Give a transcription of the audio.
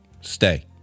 Stay